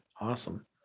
awesome